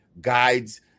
guides